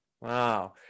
Wow